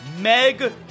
Meg